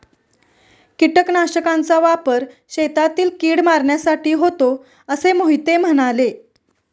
कीटकनाशकांचा वापर शेतातील कीड मारण्यासाठी होतो असे मोहिते म्हणाले